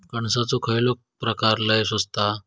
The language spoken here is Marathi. कणसाचो खयलो प्रकार लय स्वस्त हा?